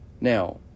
Now